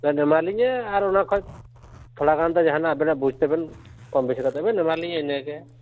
ᱵᱮᱱ ᱮᱢᱟᱞᱤᱧᱟᱹ ᱟᱨ ᱚᱱᱟ ᱠᱷᱚᱱ ᱛᱷᱚᱲᱟ ᱜᱟᱱ ᱫᱚ ᱡᱟᱦᱟᱱᱟᱜ ᱟᱵᱮᱱᱟᱜ ᱵᱩᱡᱽ ᱛᱮᱵᱮᱱ ᱠᱚᱢ ᱵᱮᱥᱤ ᱠᱟᱛᱮᱫ ᱵᱮᱱ ᱮᱢᱟ ᱞᱤᱧᱟᱹ ᱤᱱᱟᱹᱜᱮ